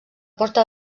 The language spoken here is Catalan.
porta